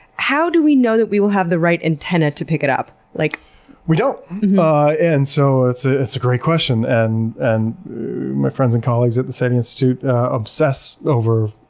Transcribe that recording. how do we know that we will have the right antenna to pick it up? like we don't, and so it's ah it's a great question. and and my friends and colleagues at the seti institute obsess over